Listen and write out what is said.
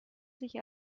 sich